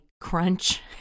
crunch